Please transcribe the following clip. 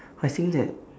I think that